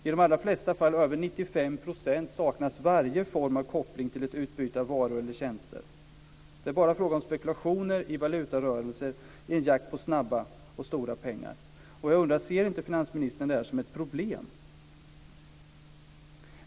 I de allra flesta fall - över 95 %- saknas varje form av koppling till ett utbyte av varor eller tjänster. Det är bara fråga om spekulationer i valutarörelser i en jakt på snabba och stora pengar. Jag undrar om inte finansministern ser detta som ett problem.